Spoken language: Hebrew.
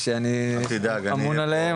יותר מידיי כובעים.